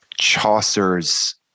Chaucer's